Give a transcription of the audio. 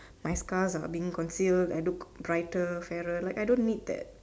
my scars are being concealed I looked brighter fairer like I don't need that